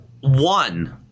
one